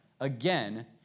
again